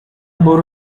borrow